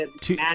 Two